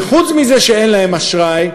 וחוץ מזה שאין להם אשראי,